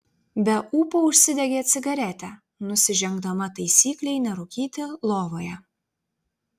be ūpo užsidegė cigaretę nusižengdama taisyklei nerūkyti lovoje